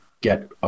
get